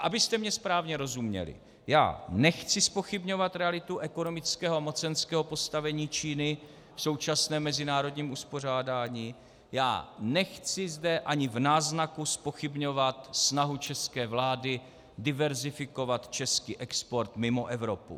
Abyste mi správně rozuměli, já nechci zpochybňovat realitu ekonomického a mocenského postavení Číny v současném mezinárodním uspořádání, já zde nechci ani v náznaku zpochybňovat snahu české vlády diverzifikovat český export mimo Evropu.